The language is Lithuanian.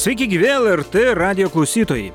sveiki gyvi lrt radijo klausytojai